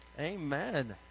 Amen